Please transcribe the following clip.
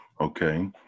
okay